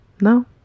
No